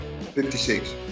56